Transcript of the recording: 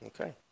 Okay